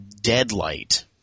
Deadlight